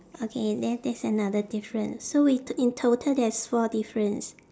okay then that's another difference so we t~ in total there's four difference